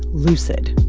lucid.